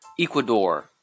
Ecuador